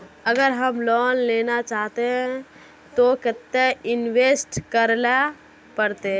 अगर हम लोन लेना चाहते तो केते इंवेस्ट करेला पड़ते?